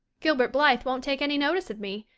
gilbert blythe won't take any notice of me,